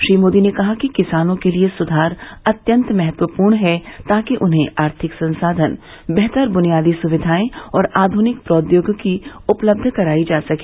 श्री मोदी ने कहा कि किसानों के लिए सुधार अत्यंत महत्वपूर्ण है ताकि उन्हें आर्थिक संसाधन बेहतर बुनियादी सुविधाएं और आधुनिक प्रौद्योगिकी उपलब्ध कराई जा सके